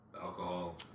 Alcohol